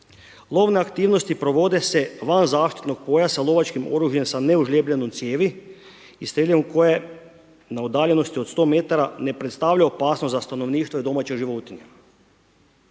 Lovne aktivnosti provode se van zaštitnog područja, lovačkim oružjem sa neužljebljenom cijevi i streljivom, koje na udaljenosti od sto metara ne predstavlja opasnost za stanovništvo i domaće životinje.